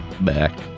back